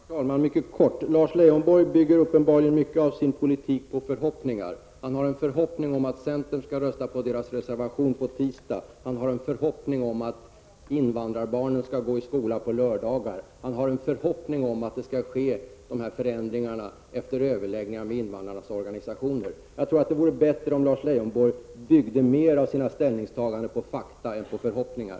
Herr talman! Mycket kort. Lars Leijonborg bygger uppenbarligen mycket av sin politik på förhoppningar. Han har en förhoppning om att centern skall rösta på folkpartiets reservation på tisdag. Han har en förhoppning om att invandrarbarnen skall gå i skolan på lördagar. Han har en förhoppning om att förändringarna skall ske efter överläggningar med invandrarnas organisationer. Jag tror att det vore bättre om Lars Leijonborg byggde mer av sina ställningstaganden på fakta än på förhoppningar.